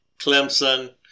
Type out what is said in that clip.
Clemson